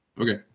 Okay